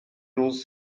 روز